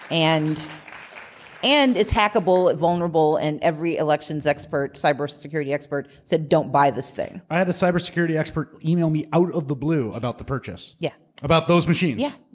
and and is hackable, vulnerable, and every elections expert, cyber security expert said, don't buy this thing. i had a cybersecurity expert email me out of the blue about the purchase. yeah. about those machines. yeah.